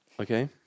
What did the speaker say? Okay